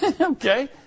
Okay